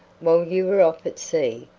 while you were off at sea,